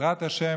בעזרת השם,